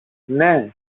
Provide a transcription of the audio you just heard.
ναι